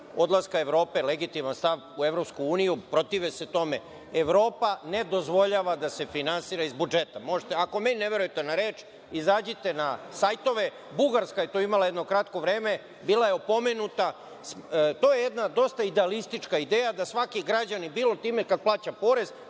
odlaska, Evrope, legitiman stav u Evropsku uniju, protive se tome. Evropa ne dozvoljava da se finansira iz budžeta. Ako meni ne verujete na reč, izađite na sajtove. Bugarska je to imala jedno kratko vreme, bila je opomenuta. To je jedna dosta idealistička ideja, da svaki građanin bilo time kad plaća porez,